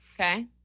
Okay